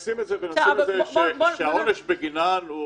אז שיהיה עבירות שהעונש בגינן הוא